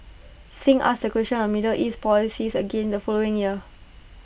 Singh asked A question on middle east policies again the following year